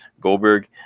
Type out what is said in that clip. Goldberg